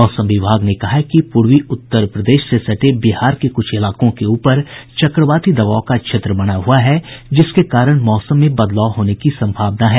मौसम विभाग ने कहा है कि पूर्वी उत्तर प्रदेश से सटे बिहार के कुछ इलाकों के ऊपर चक्रवाती दबाव का क्षेत्र बना हुआ है जिसके कारण मौसम में बदलाव होने की सम्भावना है